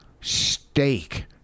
Steak